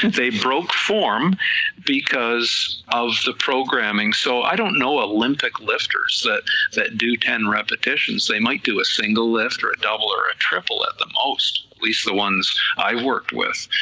they broke form because of the programming, so i don't know ah olympic lifters that that do ten repetitions, they might do a single lift or a double or a triple at the most, at least the ones i work with,